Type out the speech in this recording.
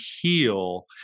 heal